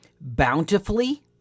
bountifully